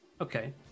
Okay